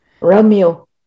Romeo